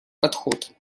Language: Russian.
подход